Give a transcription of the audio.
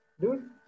dude